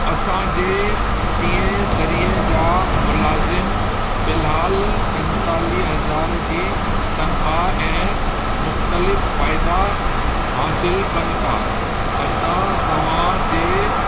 असांजे टीए दरिए जा मुलाज़िम फ़िल्हालु पंतालीह हज़ार जी तनख़्वाह ऐं मुख़्तलिफ़ फ़ाइदा हासिलु कनि था असां तव्हां जे